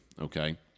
okay